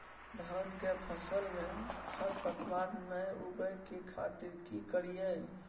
धान के फसल में खरपतवार नय उगय के खातिर की करियै?